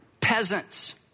Peasants